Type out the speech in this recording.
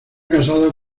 casado